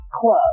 club